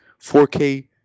4K